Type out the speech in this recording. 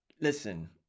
listen